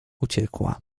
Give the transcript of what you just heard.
uciekła